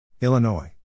Illinois